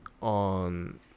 on